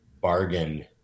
bargain